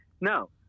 No